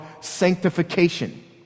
sanctification